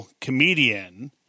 comedian